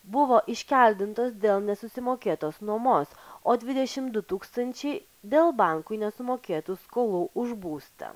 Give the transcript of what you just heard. buvo iškeldintos dėl nesusimokėtos nuomos o dvidešim du tūkstančiai dėl bankui nesumokėtų skolų už būstą